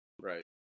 right